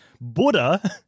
Buddha